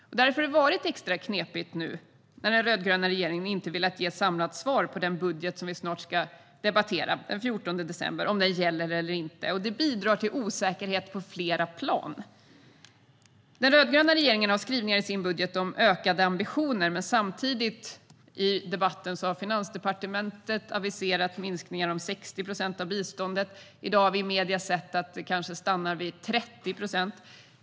Därför har det varit extra knepigt nu när den rödgröna regeringen inte har velat ge ett samlat svar på om den budget som vi ska debattera snart, den 14 december, gäller eller inte. Det bidrar till osäkerhet på flera plan. Den rödgröna regeringen har skrivningar i sin budget om ökade ambitioner, men samtidigt har Finansdepartementet aviserat minskningar om 60 procent av biståndet. I dag har vi sett i medierna att det kanske stannar vid 30 procent.